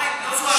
לא זו השאלה.